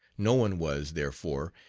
no one was, therefore,